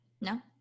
No